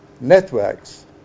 networks